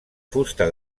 fusta